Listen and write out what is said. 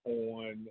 on